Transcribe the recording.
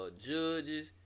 judges